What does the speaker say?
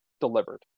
delivered